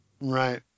Right